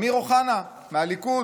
אמיר אוחנה מהליכוד,